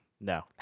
No